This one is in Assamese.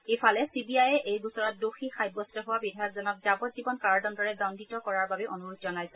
ইফালে চিবিআয়ে এই গোচৰত দোষী সাব্যস্ত হোৱা বিধায়কজনক যাৱজ্বীৱন কাৰাদণ্ডৰে দণ্ডিত কৰাৰ বাবে অনুৰোধ জনাইছে